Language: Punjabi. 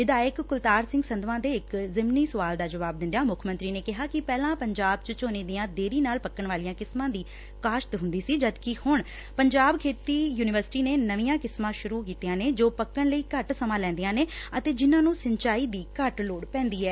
ਵਿਧਾਇਕ ਕੁਲਤਾਰ ਸਿੰਘ ਸੰਧਵਾਂ ਦੇ ਇਕ ਜਿਮਨੀ ਸੁਵਾਲ ਦਾ ਜਵਾਬ ਦਿੰਦਿਆਂ ਮੁੱਖ ਮੰਤਰੀ ਨੇ ਕਿਹਾ ਕਿ ਪਹਿਲਾਂ ਪੰਜਾਬ 'ਚ ਝੋਨੇ ਦੀਆਂ ਦੇਰੀ ਨਾਲ ਪੱਕਣ ਵਾਲੀਆਂ ਕਿਸਮਾਂ ਦੀ ਕਾਸ਼ਤ ਹੁੰਦੀ ਸੀ ਜਦਕਿ ਹੁਣ ਪੰਜਾਬ ਖੇਤੀ ਯੁਨੀਵਰਸਿਟੀ ਨੇ ਨਵੀਆਂ ਕਿਸਮਾਂ ਸੂਰੁ ਕੀਤੀਆਂ ਨੇ ਜੋ ਪੱਕਣ ਲਈ ਘੱਟ ਸਮਾਂ ਲੈਂਦੀਆਂ ਨੇ ਅਤੇ ਜਿੰਨਾ ਨੂੰ ਸਿੰਚਾਈ ਘੱਟ ਲੋੜ ਪੈਾਂਦੀ ਐ